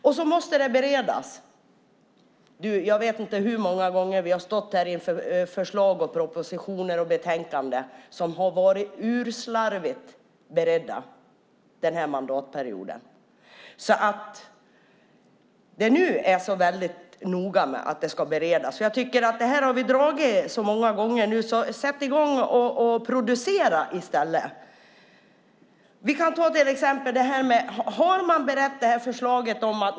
Detta måste också beredas. Jag vet inte hur många gånger under den här mandatperioden vi har ställts inför förslag i propositioner och betänkanden som har varit urslarvigt beredda. Nu är det därför väldigt noga att detta ska beredas. Det här har vi dragit så många gånger nu. Sätt i gång och producera i stället!